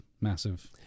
massive